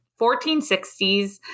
1460s